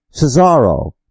Cesaro